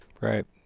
Right